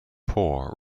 poor